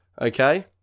okay